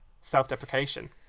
self-deprecation